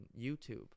YouTube